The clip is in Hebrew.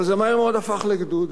אבל זה מהר מאוד הפך לגדוד.